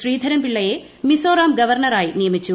ശ്രീധരൻപിള്ളയെ മിസോറാം ഗ്രീൻണറായി നിയമിച്ചു